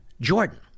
Jordan